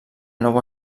nou